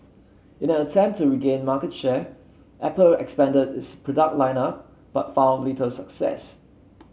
in an attempt to regain market share Apple expanded its product line up but found little success